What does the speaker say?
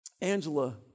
Angela